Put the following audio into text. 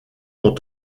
ont